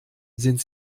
sind